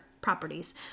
properties